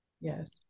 Yes